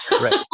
Right